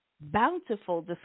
bountiful